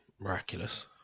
Miraculous